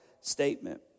statement